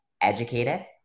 educated